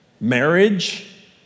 marriage